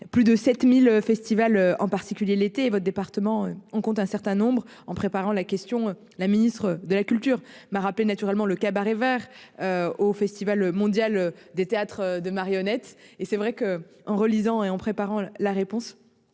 plus de 7000. En particulier l'été et votre département en compte un certain nombre en préparant la question. La ministre de la culture m'a rappelé naturellement le Cabaret Vert. Au Festival mondial des théâtres de marionnettes et c'est vrai que. En relisant et en préparant la réponse.